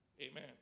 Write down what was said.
Amen